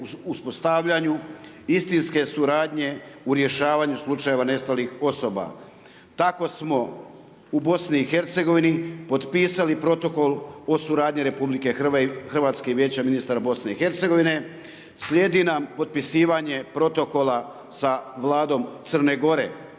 uspostavljanju istinske suradnje u rješavanju slučaja nestalih osoba. Tako smo u BiH-u popisali protokol o suradnje RH i Vijeće ministara BiH-a, slijedi nam potpisivanje protokola sa Vlade Crne Gore.